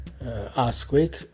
earthquake